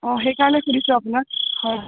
অ' সেইকাৰণে সুধিছোঁ আপোনাক হয় হয়